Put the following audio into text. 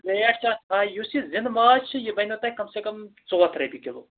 rate چھِ اَتھ پَے یُس یہِ زِنٛدٕ ماز چھِ یہِ بَنیوٕ تۄہہِ کَم سے کَم ژور ہتھ رۄپیہِ کِلوٗ